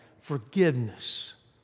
forgiveness